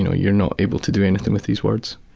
you're not able to do anything with these words.